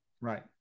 right